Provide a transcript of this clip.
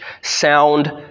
sound